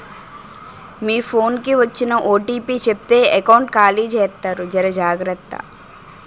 మీ phone కి వచ్చిన OTP చెప్తే ఎకౌంట్ ఖాళీ జెత్తారు జర జాగ్రత్త